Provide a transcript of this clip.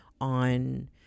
on